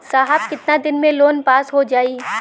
साहब कितना दिन में लोन पास हो जाई?